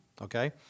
Okay